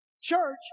Church